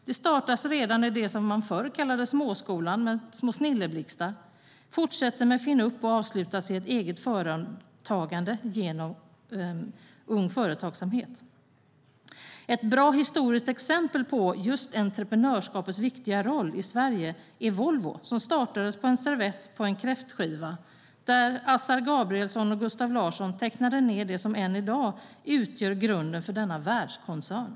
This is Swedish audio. Det startas redan i det som man förr kallade småskolan med Snilleblixtarna, fortsätter med Finn upp och avslutas i eget företagande genom Ung Företagsamhet. Ett bra historiskt exempel på just entreprenörskapets viktiga roll i Sverige är Volvo, som startades på en servett på en kräftskiva där Assar Gabrielsson och Gustaf Larsson tecknade ned det som än i dag utgör grunden för denna världskoncern.